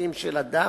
הדתיים של אדם,